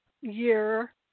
year